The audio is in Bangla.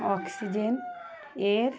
অক্সিজেন এর